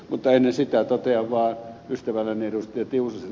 mutta ennen sitä totean vaan ystävälleni ed